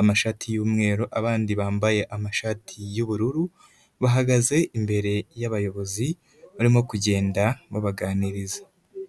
amashati y'umweru abandi bambaye amashati y'ubururu. Bahagaze imbere y'abayobozi barimo kugenda babaganiriza.